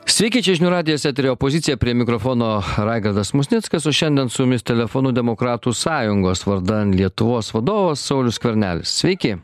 sveiki čia žinių radijas etery opozicija prie mikrofono raigardas musnickas o šiandien su jumis telefonu demokratų sąjungos vardan lietuvos vadovas saulius skvernelis sveiki